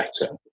better